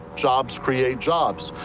jobs create jobs.